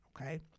okay